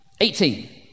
Eighteen